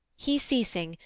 he ceasing,